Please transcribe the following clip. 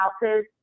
houses